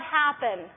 happen